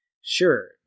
Sure